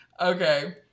Okay